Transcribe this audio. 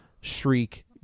Shriek